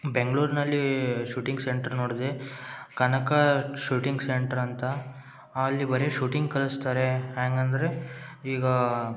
ಬೆಂಗ್ಳೂರಿನಲ್ಲಿ shooting centre ನೋಡ್ದೆ Kanaka shooting centre ಅಂತ ಅಲ್ಲಿ ಬರೀ ಶೂಟಿಂಗ್ ಕಲಿಸ್ತಾರೆ ಹ್ಯಾಂಗೆ ಅಂದರೆ ಈಗ